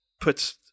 puts